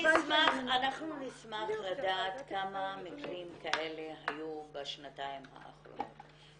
אנחנו נשמח לדעת כמה מקרים כאלה היו בשנתיים האחרונות,